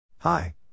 Hi